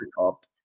up